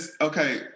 okay